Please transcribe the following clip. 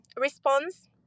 response